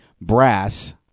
brass